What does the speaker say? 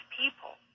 people